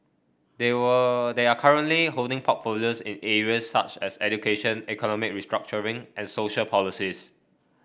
they were they are currently holding portfolios in areas such as education economic restructuring and social policies